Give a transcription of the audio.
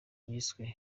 yiswe